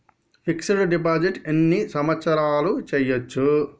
Fix డ్ deposit ఎన్ని సంవత్సరాలు చేయచ్చు?